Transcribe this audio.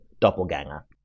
doppelganger